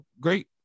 great